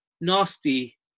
nasty